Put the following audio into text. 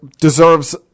deserves